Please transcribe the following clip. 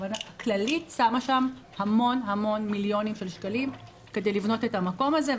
וכללית שמה שם המון המון מיליונים של שקלים כדי לבנות את המקום הזה,